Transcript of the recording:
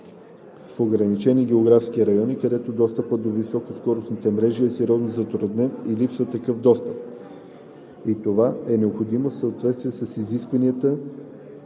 в ограничени географски райони, където достъпът до високоскоростни мрежи е сериозно затруднен или липсва такъв достъп, и това е необходимо в съответствие с изискванията